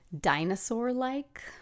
dinosaur-like